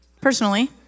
Personally